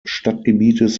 stadtgebietes